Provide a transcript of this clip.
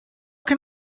can